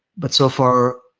but so far,